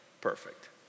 perfect